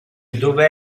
dove